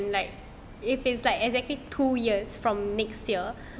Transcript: if is like exactly two years from next year